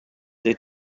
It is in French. des